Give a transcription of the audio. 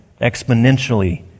exponentially